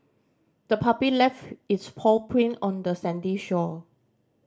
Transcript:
the puppy left its paw print on the sandy shore